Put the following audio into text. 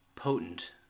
potent